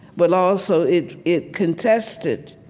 but also, it it contested